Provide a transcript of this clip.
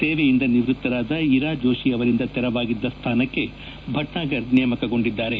ಸೇವೆಯಿಂದ ನಿವೃತ್ತರಾದ ಇರಾ ಜೋಶಿ ಅವರಿಂದ ತೆರವಾಗಿದ್ದ ಸ್ಥಾನಕ್ಕೆ ಭಟ್ನಾಗರ್ ನೇಮಕಗೊಂಡಿದ್ದಾರೆ